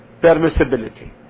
permissibility